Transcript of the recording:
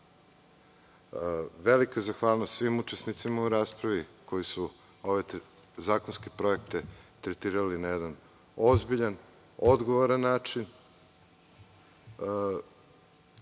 velika zahvalnost svim učesnicima u raspravi koji su ove zakonske projekte tretirali na jedan ozbiljan, odgovoran način.